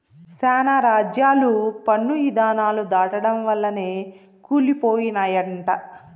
శానా రాజ్యాలు పన్ను ఇధానాలు దాటడం వల్లనే కూలి పోయినయంట